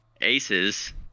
Aces